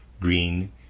green